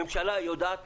הממשלה יודעת